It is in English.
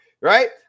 Right